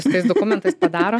su tais dokumentais padaro